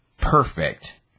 perfect